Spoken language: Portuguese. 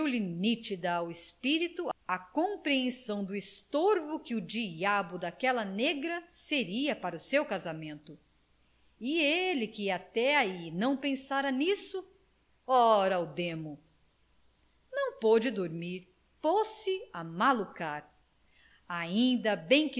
nítida ao espírito a compreensão do estorvo que o diabo daquela negra seria para o seu casamento e ele que até aí não pensara nisso ora o demo não pôde dormir pôs-se a malucar ainda bem